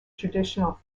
traditional